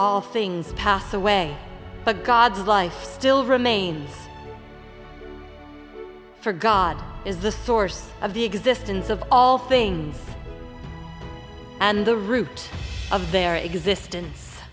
all things pass away but god's life still remains for god is the source of the existence of all things and the root of their existence